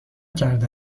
کرده